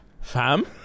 Fam